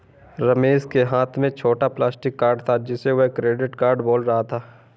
रमेश के हाथ में छोटा प्लास्टिक कार्ड था जिसे वह क्रेडिट कार्ड बोल रहा था